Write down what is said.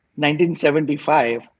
1975